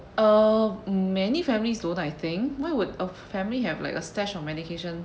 uh many families don't I think why would a family have like a stash of medication